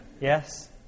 Yes